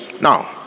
Now